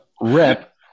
rep